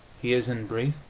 he is, in brief,